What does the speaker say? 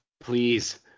Please